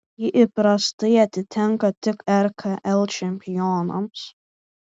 ji įprastai atitenka tik rkl čempionams